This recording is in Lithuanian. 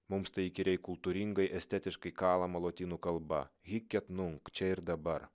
mums tai įkyriai kultūringai estetiškai kalama lotynų kalba hi ket nunk čia ir dabar